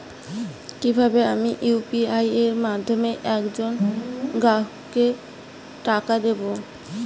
কিভাবে আমি ইউ.পি.আই এর মাধ্যমে এক জন গ্রাহককে টাকা দেবো?